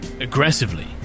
aggressively